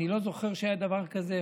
אני לא זוכר שהיה דבר כזה.